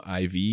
IV